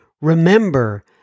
Remember